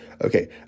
okay